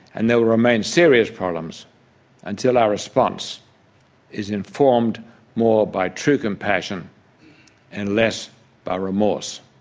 and they will remain serious problems until our response is informed more by true compassion and less by remorse.